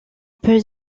peut